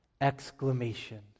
exclamation